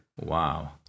Wow